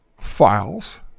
files